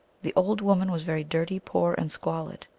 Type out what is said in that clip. the eld woman was very dirty, poor, and squalid.